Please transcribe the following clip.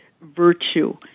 virtue